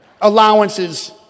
Allowances